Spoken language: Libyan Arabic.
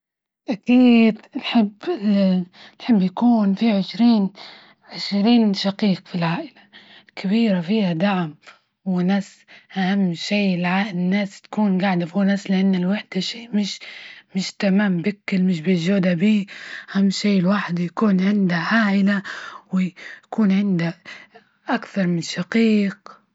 أكيد نحب نحب بيكون في عشرين -عشرين شقيق في العائلة الكبيرة فيها دعم ناس، أهم شي الع-والناس تكون جاعدة فوء ناس، لأن الوحدة شي مش تمام بكل مش موجودة بيه، أهم شي لوحده يكون عنده عائلة، وي- ويكون عنده أكثر من شقيق.